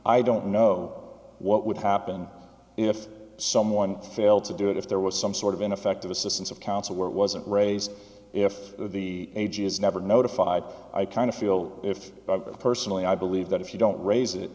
i don't know what would happen if someone failed to do it if there was some sort of ineffective assistance of counsel where it wasn't raised if the age is never notified i kind of feel if personally i believe that if you don't raise it